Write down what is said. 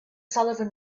sullivan